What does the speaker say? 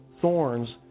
thorns